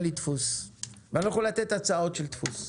לי דפוס ואני לא יכול לתת הצעות של דפוס.